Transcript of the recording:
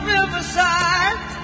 Riverside